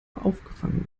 aufgefangen